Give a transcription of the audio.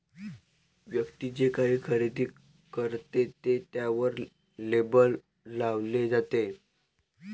व्यक्ती जे काही खरेदी करते ते त्यावर लेबल लावले जाते